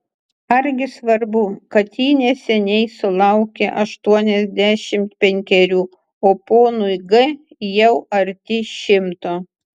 argi svarbu kad ji neseniai sulaukė aštuoniasdešimt penkerių o ponui g jau arti šimto